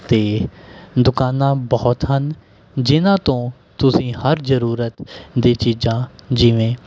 ਅਤੇ ਦੁਕਾਨਾਂ ਬਹੁਤ ਹਨ ਜਿਨ੍ਹਾਂ ਤੋਂ ਤੁਸੀਂ ਹਰ ਜ਼ਰੂਰਤ ਦੀ ਚੀਜ਼ਾਂ ਜਿਵੇਂ